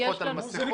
דוחות על מסכות,